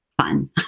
fun